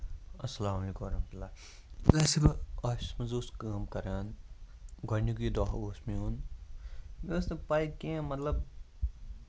اَسلام علیکُم ورحمت اللہ یَس بہٕ آفسَس منٛز اوس کٲم کران گۄڈنِکُے دۄہ اوس میٛون مےٚ ٲسۍ نہٕ پَے کیٚنٛہہ مطلب